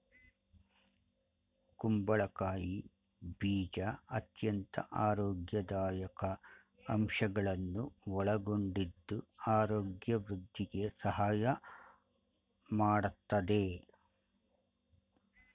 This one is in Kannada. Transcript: ಕುಂಬಳಕಾಯಿ ಬೀಜ ಅತ್ಯಂತ ಆರೋಗ್ಯದಾಯಕ ಅಂಶಗಳನ್ನು ಒಳಗೊಂಡಿದ್ದು ಆರೋಗ್ಯ ವೃದ್ಧಿಗೆ ಸಹಾಯ ಮಾಡತ್ತದೆ